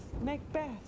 Macbeth